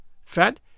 fat